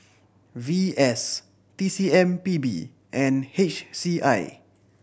V S T C M P B and H C I